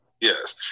Yes